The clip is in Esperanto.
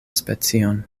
specion